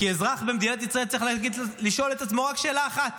כי אזרח במדינת ישראל צריך לשאול את עצמו רק שאלה אחת: